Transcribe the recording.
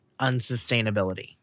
unsustainability